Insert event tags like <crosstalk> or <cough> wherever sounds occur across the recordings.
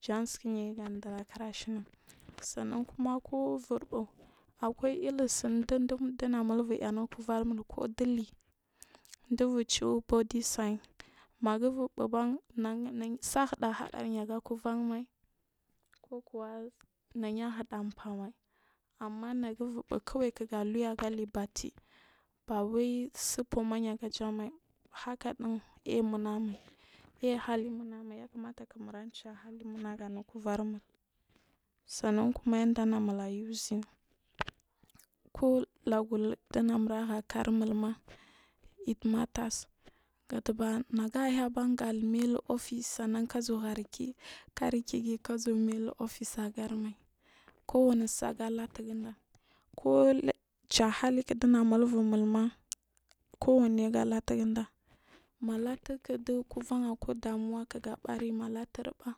Jan sukunryr gadir arkir shina sanna aankuma kuwa ubu ɗuu akwai ir sr ɗu ɗunamu bur ianu kubarmur ku ɗuli ɗubur cu body sing magubur buban sa hadaryi aga kuvanmai kukuwa naya hiɗa famai amma nagubur bu kawai su fumayi gajamai hakadin aiy munagumai aihalim unagumai yakamata kimurchaa halimunagri anu kuvermur sannan ankuma yanda ɗumula using <noise> lagu ko namura hya kar imullana it maters naga yiba gazuwa mailu office gazuwa har kari kaa gazuwa mai hu office agarimai ko wani su aga latugunda kucha halik ɗumurabu mulma kuwane ga latu gunda malatu du kullamaku ɗemu wa kiga barin malatur bea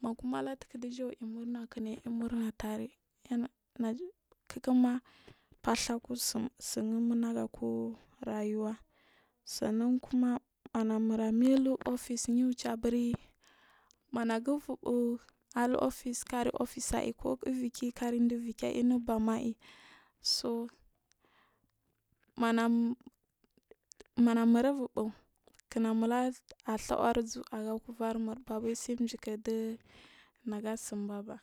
makuma latu dija imurna kinayimurna tare naj <hesitation> kikma fa tsu akusu unagu aku rayuwa. San nan kuma anamura mailu office yubuce buri manubur vuu alu office yubuce buri manubur buu aku office kari office ayi ko uvuki kari ɗeki aiyi unu bam ai so manam manum abur buu kinamul aɗhawar uzul ag kuvar mur bawai sai jiki diga tsin baba.